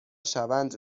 شوند